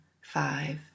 five